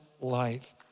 life